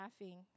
laughing